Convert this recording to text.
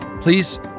please